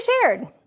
shared